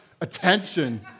attention